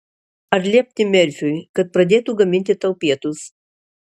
ar liepti merfiui kad pradėtų gaminti tau pietus